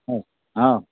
ହଁ ହଁ